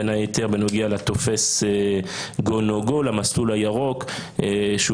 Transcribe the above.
בין היתר בנוגע לטופס go-no-go למסלול הירוק שהוא